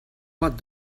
what